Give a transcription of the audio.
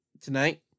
tonight